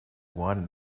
widen